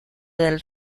del